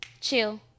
Chill